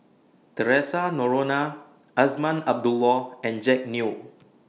Theresa Noronha Azman Abdullah and Jack Neo